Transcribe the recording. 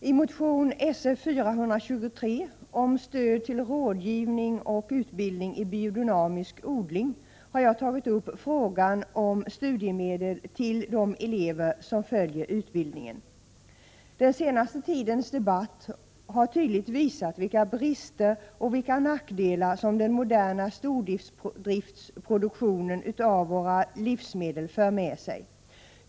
Herr talman! I motion Sf423 om stöd till rådgivning och utbildning i biodynamisk odling har jag tagit upp frågan om studiemedel till de elever som följer utbildningen. Den senaste tidens debatt har tydligt visat vilka brister och nackdelar som den moderna stordriftsproduktionen av våra livsmedel för med sig.